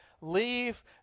leave